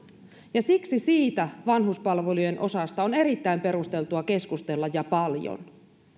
ja siksi siitä vanhuspalvelujen osasta on erittäin perusteltua keskustella ja paljon